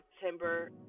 September